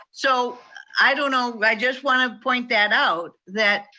so i don't know, i just wanna point that out, that